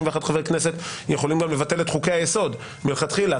חברי כנסת יכולים גם לבטל את חוקי-היסוד מלכתחילה,